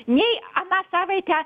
nei aną savaitę